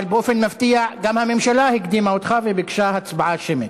אבל באופן מפתיע הממשלה הקדימה אותך וגם ביקשה הצבעה שמית.